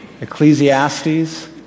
Ecclesiastes